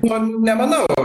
na nemanau